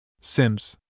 Sims